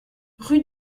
rue